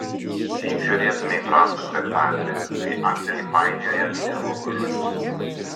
lyg žiūrėtumei prastą spektaklį kai aktoriai painioja dialogo žodžius